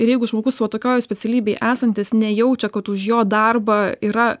ir jeigu žmogus va tokioj specialybėj esantis nejaučia kad už jo darbą yra